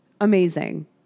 Amazing